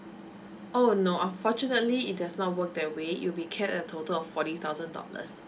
oh no unfortunately it does not work that way it will be cap at a total of forty thousand dollars